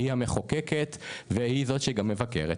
היא גם המחוקקת וגם המבקרת.